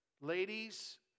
ladies